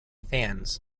fans